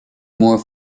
more